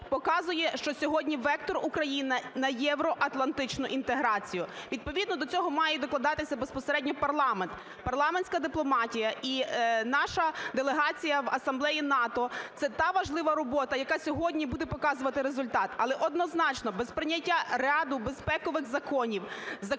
показує, що сьогодні вектор України – на євроатлантичну інтеграцію. Відповідно до цього має докладатися безпосередньо парламент. Парламентська дипломатія і наша делегація в Асамблеї НАТО – це та важлива робота, яка сьогодні буде показувати результат. Але, однозначно, без прийняття ряду безпекових законів, законів,